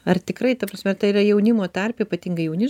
ar tikrai ta prasme tai yra jaunimo tarpe ypatingai jauni